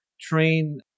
train